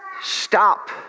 stop